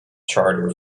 charter